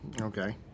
Okay